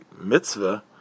mitzvah